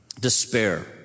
Despair